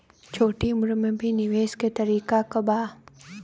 छोटी उम्र में भी निवेश के तरीका क बा?